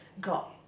got